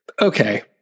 okay